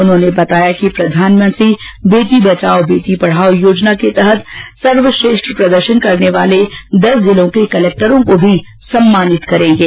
उन्होंने बताया कि प्रधानमंत्री बेटी बचाओ बेटी बढ़ाओ योजना के तहत सर्वश्रेष्ठ प्रदर्शन करने वाले दस जिलों के कलक्टरों को भी सम्मानित करेंगे